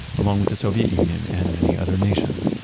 along with the soviet union and many other nations.